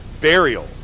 Burial